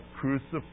crucified